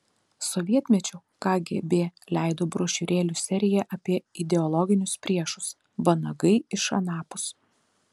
sovietmečiu kgb leido brošiūrėlių seriją apie ideologinius priešus vanagai iš anapus